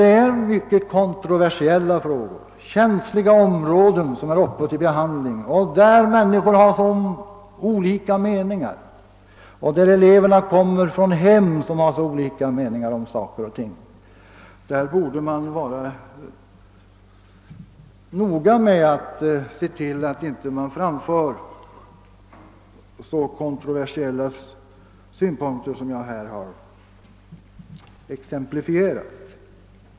Men vid mycket kontroversiella frågor eller då känsliga områden behandlas, där människornas meningar går starkt isär, och med elever som kommer från olika sorters hem, där man har skilda meningar om dessa ting, borde man vara noga med att se till att sådana kontroversiella synpunkter inte framförs som dem jag här har exemplifierat.